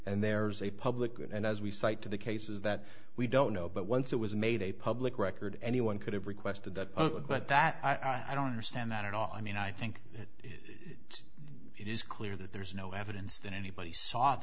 and there's a public good and as we cite to the cases that we don't know but once it was made a public record anyone could have requested that but that i don't understand that at all i mean i think that it is clear that there's no evidence that anybody s